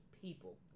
people